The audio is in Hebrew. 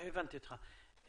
אוקיי, הבנתי אותך.